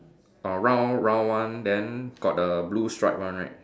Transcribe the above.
err round round one then got the blue stripe one right